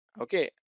okay